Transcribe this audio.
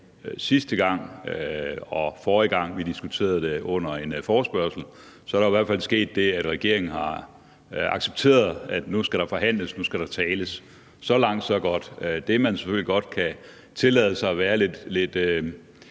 sidste gang og forrige gang, vi diskuterede det under en forespørgsel, er der jo i hvert fald sket det, at regeringen har accepteret, at nu skal der forhandles, nu skal der tales. Så langt, så godt. Det, man selvfølgelig godt kan tillade sig at være lidt